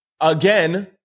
Again